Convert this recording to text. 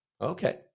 Okay